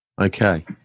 Okay